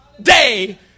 day